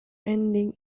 ending